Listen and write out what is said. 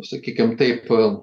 sakykim taip